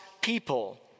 people